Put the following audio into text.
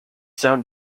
sound